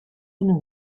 unu